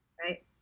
Right